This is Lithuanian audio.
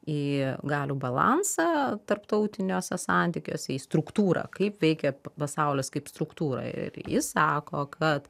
į galių balansą tarptautiniuose santykiuose į struktūrą kaip veikia pasaulis kaip struktūra ji sako kad